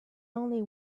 only